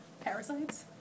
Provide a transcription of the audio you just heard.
Parasites